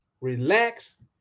Relax